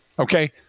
Okay